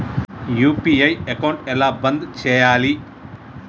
UPI account ఎలా బంద్ చేయాలి?